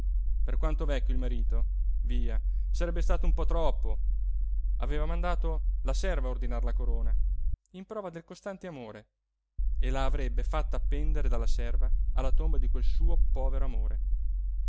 per quanto vecchio il marito via sarebbe stato un po troppo aveva mandato la serva a ordinar la corona in prova del costante amore e la avrebbe fatta appendere dalla serva alla tomba di quel suo povero amore